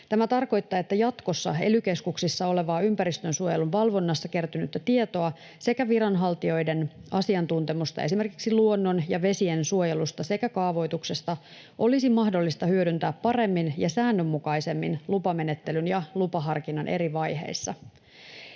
Tämä tarkoittaa, että jatkossa ely-keskuksissa olevaa ympäristönsuojelun valvonnassa kertynyttä tietoa sekä viranhaltijoiden asiantuntemusta esimerkiksi luonnon‑ ja vesiensuojelusta sekä kaavoituksesta olisi mahdollista hyödyntää paremmin ja säännönmukaisemmin lupamenettelyn ja lupaharkinnan eri vaiheissa.